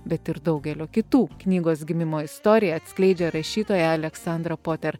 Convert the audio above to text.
bet ir daugelio kitų knygos gimimo istoriją atskleidžia rašytoja aleksandra poter